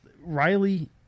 Riley